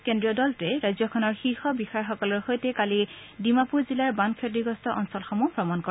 কেন্দ্ৰীয় দলটোৱে ৰাজ্যখনৰ শীৰ্ষ বিষয়াসকলৰ সৈতে কালি ডিমাপুৰ জিলাৰ বান ক্ষতিগ্ৰস্ত অঞ্চলসমূহ ভ্ৰমণ কৰে